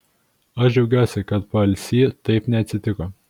aš džiaugiuosi kad paalsy taip neatsitiko